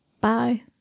Bye